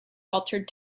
altered